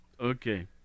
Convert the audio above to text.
Okay